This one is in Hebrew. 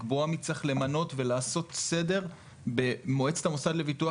לקבוע מי צריך למנות ולעשות סדר במוצעת המוסד לביטוח